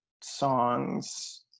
songs